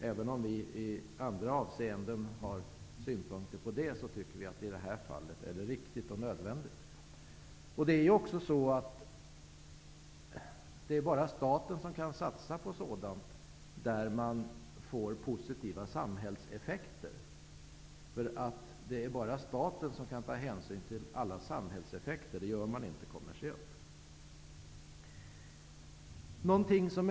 Även om vi i andra avseenden har synpunkter på det tycker vi att det i detta fall är riktigt och nödvändigt att staten gör det. Det är bara staten som kan satsa på sådant som ger positiva samhällseffekter. Det är bara staten som kan ta hänsyn till alla samhällseffekter; det gör man inte inom den kommersiella sektorn.